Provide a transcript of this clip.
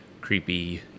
creepy